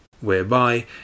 whereby